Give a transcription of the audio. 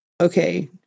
okay